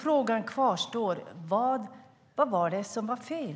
Frågan kvarstår: Vad var det som var fel?